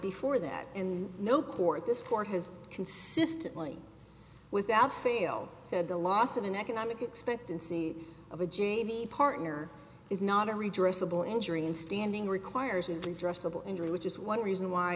before that and no court this court has consistently without fail said the loss of an economic expectancy of a genie partner is not a redressal injury in standing requires a draw civil injury which is one reason why